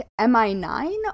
MI9